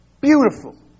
beautiful